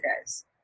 guys